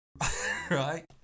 right